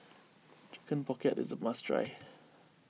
Chicken Pocket is a must try